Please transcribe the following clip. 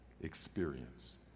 experience